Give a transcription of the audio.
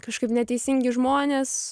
kažkaip neteisingi žmonės